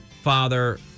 Father